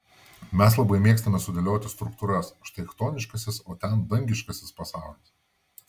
mes labai mėgstame sudėlioti struktūras štai chtoniškasis o ten dangiškasis pasaulis